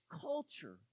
culture